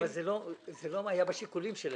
אבל זה לא היה בשיקולים שלהם.